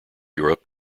europe